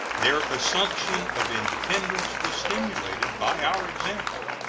their assumption of independence was stimulated by our example.